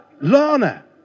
Lana